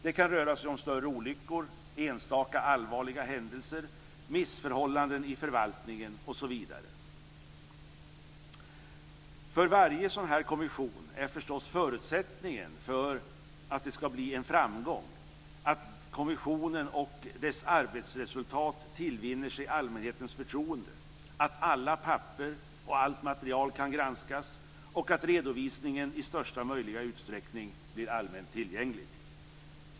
Det kan röra sig om större olyckor, enstaka allvarliga händelser, missförhållanden i förvaltningen osv. För varje sådan här kommission är förstås förutsättningen för framgång att kommissionen och dess arbetsresultat tillvinner sig allmänhetens förtroende, att alla papper och allt material kan granskas och att redovisningen i största möjliga utsträckning blir allmänt tillgänglig.